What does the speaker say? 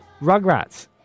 Rugrats